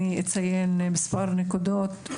אני אציין מספר נקודות,